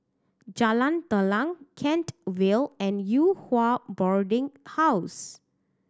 Jalan Telang Kent Vale and Yew Hua Boarding House